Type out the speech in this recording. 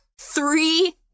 three